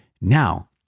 Now